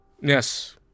Yes